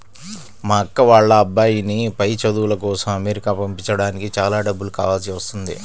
మా అక్క వాళ్ళ అబ్బాయిని పై చదువుల కోసం అమెరికా పంపించడానికి చాలా డబ్బులు కావాల్సి వస్తున్నది